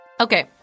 Okay